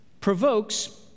provokes